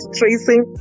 tracing